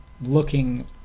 looking